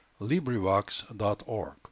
LibriVox.org